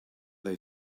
they